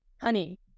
honey